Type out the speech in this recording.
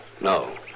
No